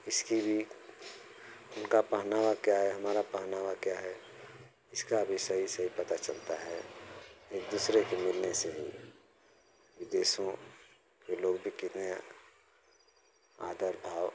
इसकी भी उनका पहनावा क्या है हमारा पहनावा क्या है इसका भी सही सही पता चलता है एक दूसरे के मिलने से ही विदेशों के लोग भी कितने आदर भाव